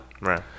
Right